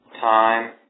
time